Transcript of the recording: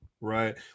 Right